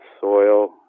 soil